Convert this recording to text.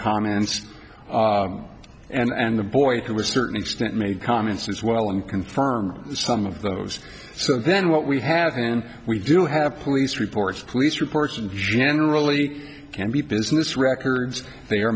comments and the boy who was certain extent made comments as well and confirm some of those so then what we have and we do have police reports police reports and generally can be business records they are